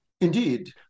Indeed